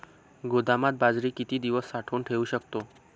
गोदामात बाजरी किती दिवस साठवून ठेवू शकतो?